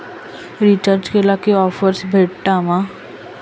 Recharge केला की offers भेटात मा?